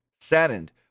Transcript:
saddened